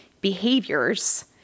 behaviors